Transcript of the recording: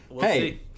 hey